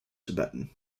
tibetan